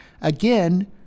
Again